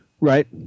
Right